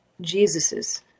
Jesus's